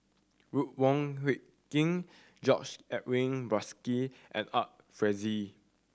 Ruth Wong Hie King George Edwin Bogaars and Art Fazil